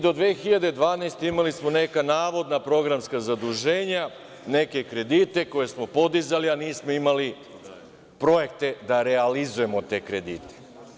Do 2012. godine imali smo neka navodna programska zaduženja, neke kredite koje smo podizali, a nismo imali projekte da realizujemo te kredite.